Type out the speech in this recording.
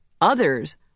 Others